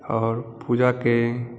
आओर पूजाके